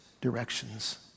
directions